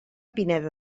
pineda